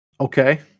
Okay